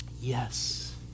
yes